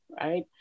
right